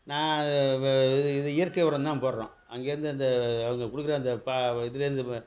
நான் வ இது இது இயற்கை உரம் தான் போடுறோம் அங்கேயிருந்து அந்த அவங்க கொடுக்கற அந்த ப இதுலேருந்து ப